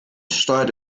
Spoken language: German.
steuert